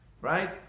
right